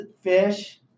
fish